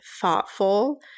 thoughtful